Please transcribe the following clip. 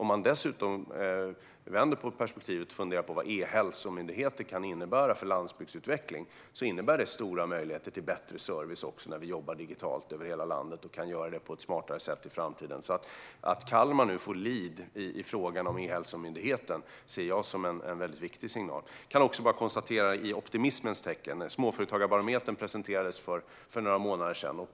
Man kan dessutom vända på perspektivet och fundera på vad E-hälsomyndigheten kan innebära för landsbygdsutvecklingen. Det innebär stora möjligheter till bättre service när vi jobbar digitalt över hela landet och kan göra det på ett smartare sätt i framtiden. Att Kalmar nu får lead i fråga om E-hälsomyndigheten ser jag som en väldigt viktig signal. Jag kan också konstatera något i optimismens tecken. Småföretagsbarometern presenterades för några månader sedan.